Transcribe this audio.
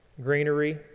greenery